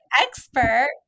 expert